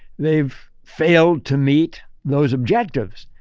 they've failed to meet those objectives.